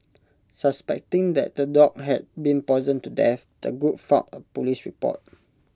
suspecting that the dog had been poisoned to death the group filed A Police report